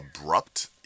abrupt